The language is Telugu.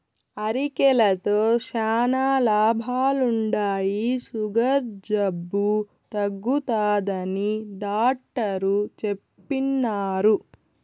అరికెలతో శానా లాభాలుండాయి, సుగర్ జబ్బు తగ్గుతాదని డాట్టరు చెప్పిన్నారు